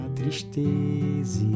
tristeza